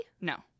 No